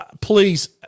please